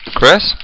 Chris